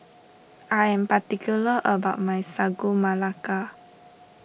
I am particular about my Sagu Melaka